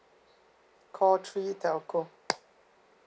call three telco